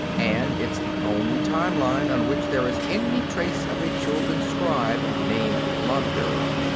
and it's the only time-line on which there is any trace of a chuldun scribe named labdurg.